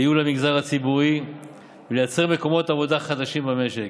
לייעול המגזר הציבורי ולייצור מקומות עבודה חדשים במשק.